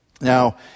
Now